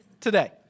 today